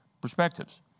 perspectives